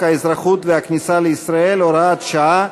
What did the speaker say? האזרחות והכניסה לישראל (הוראת שעה),